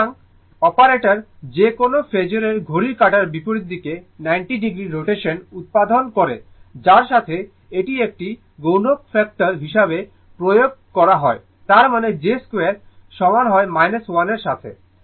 সুতরাং operator j যে কোনও ফেজোরের ঘড়ির কাঁটার বিপরীত দিকে 90 o রোটেশন উত্পাদন করে যার সাথে এটি একটি গুণক ফ্যাক্টর হিসাবে প্রয়োগ করা হয় তার মানে j2 সমান 1 এর সাথে